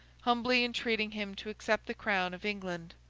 humbly entreating him to accept the crown of england.